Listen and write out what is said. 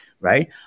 right